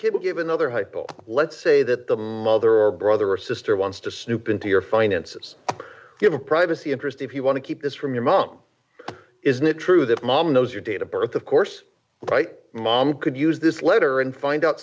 cable given other hypo let's say that the mother or brother or sister wants to snoop into your finances give privacy interest if you want to keep this from your mom isn't it true that mom knows your date of birth of course mom could use this letter and find out